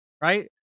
right